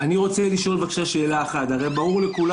אני רוצה לשאול בבקשה שאלה אחת: הרי ברור לכולם